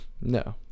No